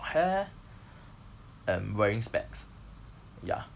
hair and wearing specs ya